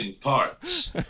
parts